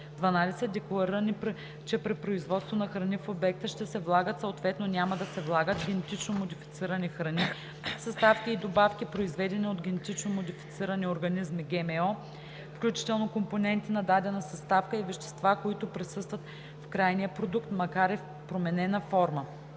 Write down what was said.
12. деклариране, че при производство на храни в обекта ще се влагат, съответно няма да се влагат, генетично модифицирани храни, съставки и добавки, произведени от генетично модифицирани организми (ГМО), включително компоненти на дадена съставка и вещества, които присъстват в крайния продукт, макар и в променена форма;